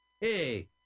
Hey